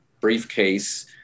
briefcase